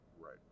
right